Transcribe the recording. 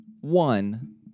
One